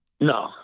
No